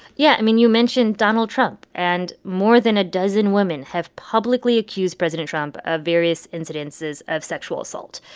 yeah. i mean, you mentioned donald trump. and more than a dozen women have publicly accused president trump of various incidences of sexual assault.